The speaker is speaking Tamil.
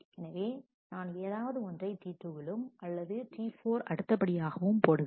எனவே நான் ஏதாவது ஒன்றை T2 விலும் அல்லதுT4 அடுத்தபடியாகவும் போடுகிறேன்